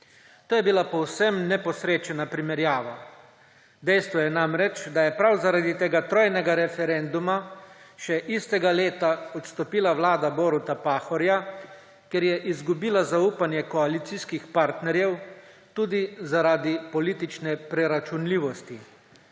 To je bila povsem neposrečena primerjava. Dejstvo je namreč, da je prav zaradi tega trojnega referenduma še istega leta odstopila vlada Boruta Pahorja, ker je izgubila zaupanje koalicijskih partnerjev, tudi zaradi politične preračunljivosti.